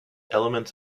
elements